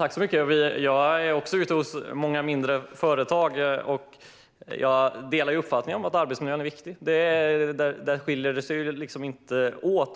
Herr talman! Jag är också ute på många mindre företag, och jag delar uppfattningen att arbetsmiljön är viktig. Där skiljer vi oss inte åt.